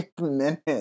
minutes